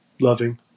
loving